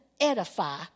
edify